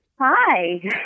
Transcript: Hi